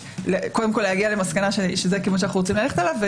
קודם כול להגיע למסקנה שזה הכיוון שאנחנו רוצים ללכת עליו.